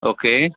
okay